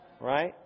Right